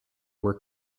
were